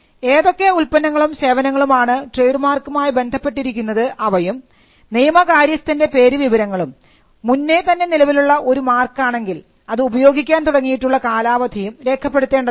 ഏതൊക്കെ ഉൽപ്പന്നങ്ങളും സേവനങ്ങളും ആണ് ട്രേഡ് മാർക്കുമായി ബന്ധപ്പെട്ടിരിക്കുന്നത് അവയും നിയമ കാര്യസ്ഥൻറെ പേരുവിവരങ്ങളും മുന്നേ തന്നെ നിലവിലുള്ള ഒരു മാർക്ക് ആണെങ്കിൽ അത് ഉപയോഗിക്കാൻ തുടങ്ങിയിട്ടുഉള്ള കാലാവധിയും രേഖപ്പെടുത്തേണ്ടതാണ്